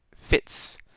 fits